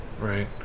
right